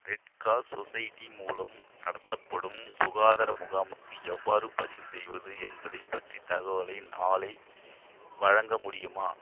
Red Cross society மூலம் நடத்தப்படும் சுகாதார முகாமுக்கு எவ்வாறு பதிவு செய்வது என்பதை பற்றிய தகவலை நாளை வழங்க முடியுமா